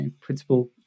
principle